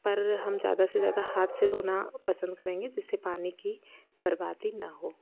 पर हम ज़्यादा से ज़्यादा हाथ से धोना पसंद करेंगे जिससे पानी की बर्बादी ना हो